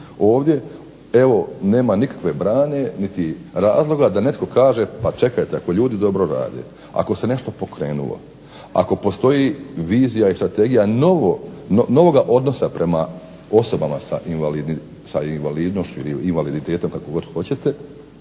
evo nema nikakve brane niti razloga da netko kaže pa čekajte ako ljudi dobro rade, ako se nešto pokrenulo, ako postoji vizija i strategija novoga odnosa prema osobama sa invalidnošću ili sa invaliditetom kako god hoćete,